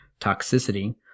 toxicity